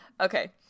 okay